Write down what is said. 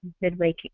midway